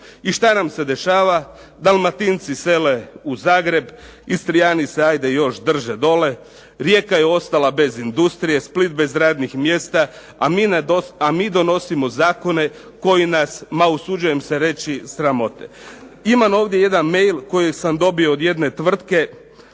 I što nam se dešava, Dalmatinci sele u Zagreb, Istrijani se još drže dole, Rijeka je ostala bez industrije, Split bez radnih mjesta, a mi donosimo Zakone koji nas ma usuđujem se reći, sramote. Imam ovdje jedan mail koji sam dobio od jedne tvrtke